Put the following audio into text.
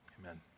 Amen